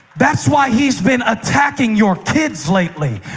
that's why he's been attacking your kids lately.